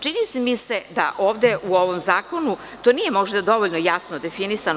Čini mi se da ovde u ovom zakonu to nije možda dovoljno jasno definisano.